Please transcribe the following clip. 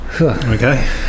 Okay